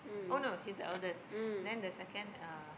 oh no he's the eldest then the second is uh